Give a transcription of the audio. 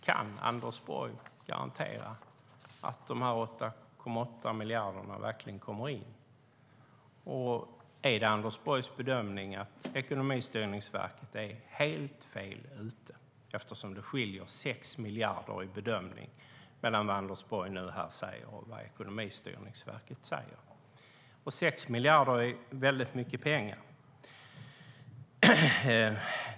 Kan Anders Borg garantera att dessa 8,8 miljarder verkligen kommer in? Och är det Anders Borgs bedömning att Ekonomistyrningsverket är helt fel ute, eftersom det skiljer 6 miljarder mellan vad Anders Borg nu säger och vad Ekonomistyrningsverket säger när det gäller bedömningen? 6 miljarder är väldigt mycket pengar.